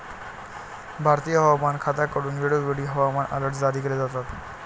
भारतीय हवामान खात्याकडून वेळोवेळी हवामान अलर्ट जारी केले जातात